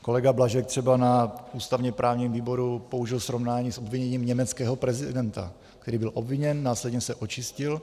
Kolega Blažek třeba na ústavněprávním výboru použil srovnání s obviněním německého prezidenta, který byl obviněn, následně se očistil.